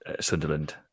Sunderland